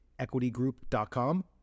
EquityGroup.com